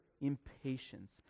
impatience